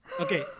Okay